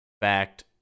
fact